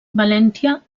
valentia